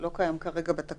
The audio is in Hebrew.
הוא לא קיים כרגע בתקש"ח.